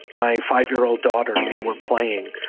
my five-year-old daughter, and we're playing,